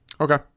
Okay